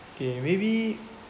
okay maybe